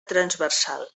transversal